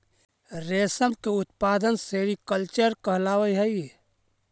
रेशम के उत्पादन सेरीकल्चर कहलावऽ हइ